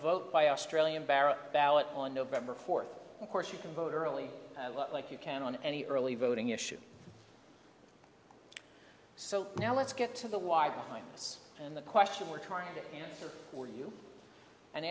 vote by australian barrow ballot on november fourth of course you can vote early like you can on any early voting issue so now let's get to the why behind us and the question we're trying to answer for you and